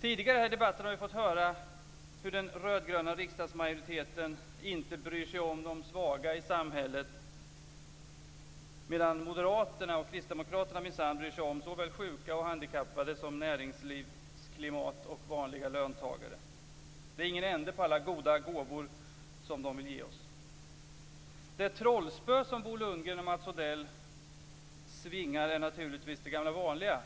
Tidigare här i debatten har vi fått höra att den rödgröna riksdagsmajoriteten inte bryr sig om de svaga i samhället, medan Moderaterna och Kristdemokraterna minsann bryr sig om såväl sjuka och handikappade som näringslivsklimat och vanliga löntagare. Det är ingen ände på alla goda gåvor som de vill ge oss. Det trollspö som Bo Lundgren och Mats Odell svingar är naturligtvis det gamla vanliga: